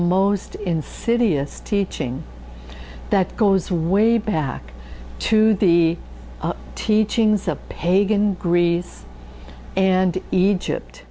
most insidious teaching that goes way back to the teachings of pagan greece and egypt